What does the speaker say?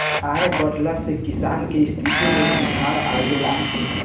आय बढ़ला से किसान के स्थिति में सुधार आवेला